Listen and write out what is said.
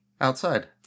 Outside